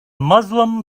muslim